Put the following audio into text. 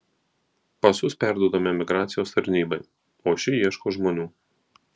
pasus perduodame migracijos tarnybai o ši ieško žmonių